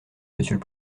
monsieur